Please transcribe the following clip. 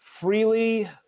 Freely